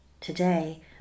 Today